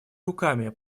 руками